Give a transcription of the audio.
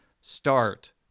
start